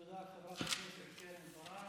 תודה, חברת הכנסת קרן ברק.